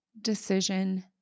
decision